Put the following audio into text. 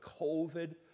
COVID